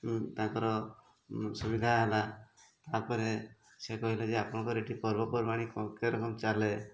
ତାଙ୍କର ସୁବିଧା ହେଲା ତା'ପରେ ସିଏ କହିଲେ ଯେ ଆପଣଙ୍କର ଏଠି ପର୍ବପର୍ବାଣି କେ ଦିନ ଚାଲେ